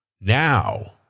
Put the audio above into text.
Now